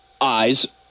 eyes